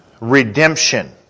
redemption